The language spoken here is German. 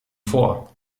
vor